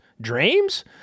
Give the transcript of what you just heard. Dreams